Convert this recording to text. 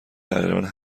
تقریبا